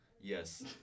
Yes